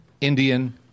Indian